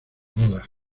boda